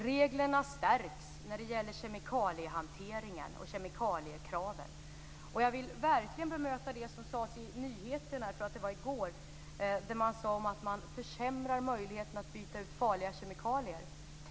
Reglerna stärks när det gäller kemikaliehanteringen och kemikaliekravet. Jag vill verkligen bemöta det som sades i nyheterna i går om att möjligheterna att byta ut farliga kemikalier försämras.